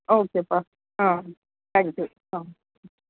ஓகேப்பா ஆ thank you ஆ ம்